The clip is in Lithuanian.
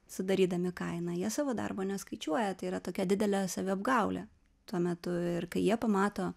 sudarydami kainą jie savo darbo neskaičiuoja tai yra tokia didelė saviapgaulė tuo metu ir kai jie pamato